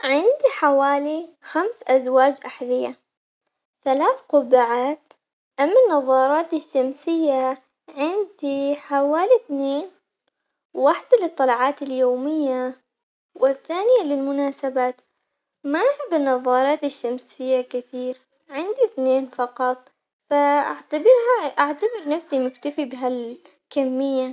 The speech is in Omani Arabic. عندي حوالي خمس أزواج أحذية، ثلاث قبعات أما النظارات الشمسية عندي حوالي اتنين وحدة للطلعات اليومية والثانية للمناسبات، ما أحب النظارات الشمسية كثير عندي اثنين فقط، فأعتبرها أعتبر نفسي مكتفي بهالكمية.